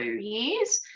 years